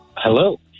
Hello